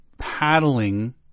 paddling